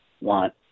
want